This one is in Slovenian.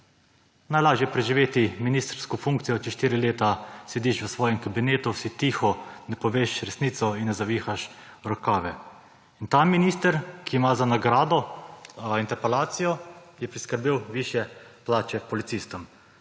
Najlažje je preživeti ministrsko funkcijo, če 4 leta sediš v svojem kabinetu, si tiho, ne poveš resnice in ne zavihaš rokavov. In ta minister, ki ima za nagrado interpelacijo, je priskrbel višje plače policistom.